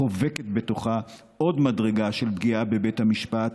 חובקת בתוכה עוד מדרגה של פגיעה בבית המשפט,